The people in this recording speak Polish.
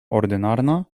ordynarna